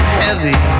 heavy